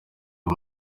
aya